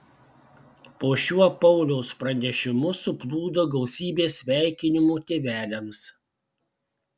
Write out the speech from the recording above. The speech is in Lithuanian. po šiuo pauliaus pranešimu suplūdo gausybė sveikinimų tėveliams